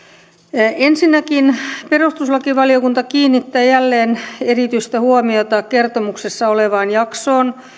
ensinnäkin perustuslakivaliokunta kiinnittää jälleen erityistä huomiota kertomuksessa olevaan jaksoon